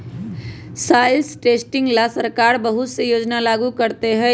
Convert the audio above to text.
soil testing ला सरकार बहुत से योजना लागू करते हई